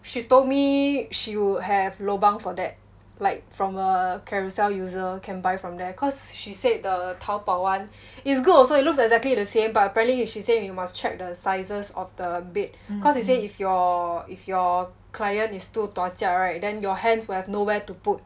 she told me she would have lobang for that like from a Carousell user can buy from there cause she said the Taobao [one] is good also it looks exactly the same but apparently she say we must check the sizes of the bed cause they say if your if your client is too dua jia right then your hands will have nowhere to put